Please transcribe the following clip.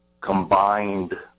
combined